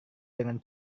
dengan